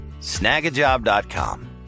Snagajob.com